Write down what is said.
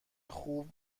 خوب